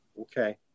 Okay